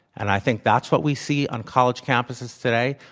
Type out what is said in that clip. and i think that's what we see on college campuses today.